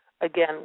again